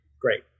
great